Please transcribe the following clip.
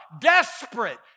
desperate